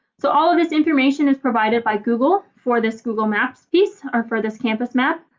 so all of this information is provided by google for this google map piece or for this campus map.